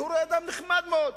והוא רואה אדם נחמד מאוד.